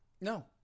No